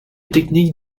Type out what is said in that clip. technique